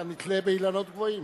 אתה נתלה באילנות גבוהים.